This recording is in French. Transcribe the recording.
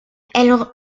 tomes